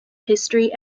history